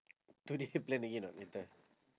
today plan again ah later